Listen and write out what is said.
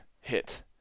hit